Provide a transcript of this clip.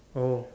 oh